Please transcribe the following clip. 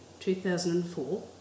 2004